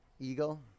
eagle